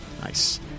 Nice